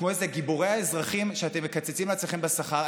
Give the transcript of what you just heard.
גיבורי האזרחים, שאתם מקצצים לעצמכם בשכר.